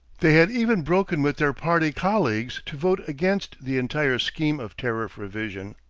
they had even broken with their party colleagues to vote against the entire scheme of tariff revision.